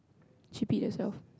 she peed herself